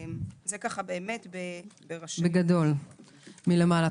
זה בראשי פרקים, מלמעלה.